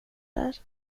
där